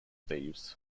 thieves